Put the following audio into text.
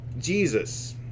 Jesus